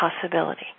possibility